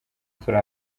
turi